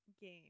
game